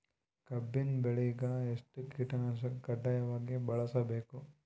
ಕಬ್ಬಿನ್ ಬೆಳಿಗ ಎಷ್ಟ ಕೀಟನಾಶಕ ಕಡ್ಡಾಯವಾಗಿ ಬಳಸಬೇಕು?